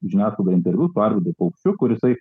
žiniasklaidoj interviu su arvydu paukščiu kur jisai